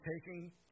taking